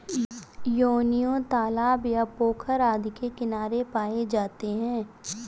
योनियों तालाब या पोखर आदि के किनारे पाए जाते हैं